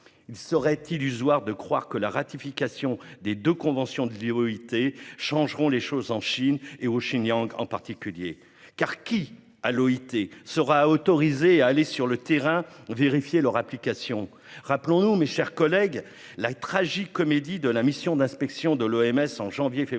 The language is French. Il serait illusoire de croire que la ratification des deux conventions de l'OIT changera les choses en Chine, et au Xinjiang en particulier. Qui sera autorisé à aller sur le terrain vérifier leur application ? Rappelons-nous, mes chers collègues, la tragicomédie de la mission d'inspection de l'Organisation